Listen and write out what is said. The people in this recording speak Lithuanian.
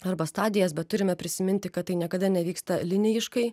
arba stadijas bet turime prisiminti kad tai niekada nevyksta linijiškai